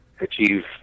achieve